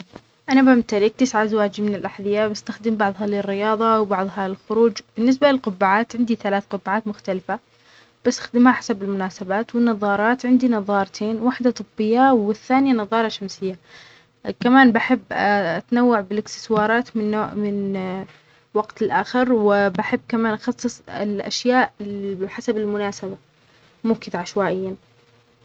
أنا بمتلك تسع ازواج من الأحذيه. بستخدم بعضها للرياضة وبعضها للخروج. بالنسبة للقبعات، عندي ثلاث قبعات مختلفة. بستخدمها حسب المناسبات. والنظارات عندي نظارتين. واحدة طبية والثانية نظارة شمسية. كمان بحب ا-أتنوع بالإكسسوارات من نو-من وقت لآخر. وبحب كمان أخصص ال-الأشياء حسب المناسبة. مو كده عشوائياً.